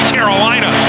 Carolina